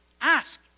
ask